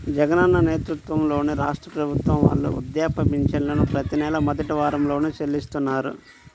జగనన్న నేతృత్వంలోని రాష్ట్ర ప్రభుత్వం వాళ్ళు వృద్ధాప్య పెన్షన్లను ప్రతి నెలా మొదటి వారంలోనే చెల్లిస్తున్నారు